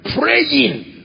praying